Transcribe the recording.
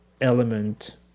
element